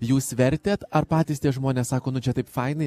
jūs vertėt ar patys tie žmonės sako nu čia taip fainai